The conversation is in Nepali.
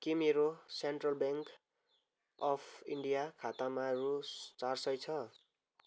के मेरो सेन्ट्रल ब्याङ्क अफ इन्डिया खातामा रु चार सय छ